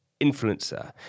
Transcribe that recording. Influencer